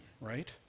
Right